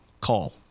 call